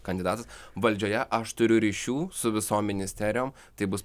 kandidatas valdžioje aš turiu ryšių su visom ministerijom tai bus